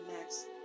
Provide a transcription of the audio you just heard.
next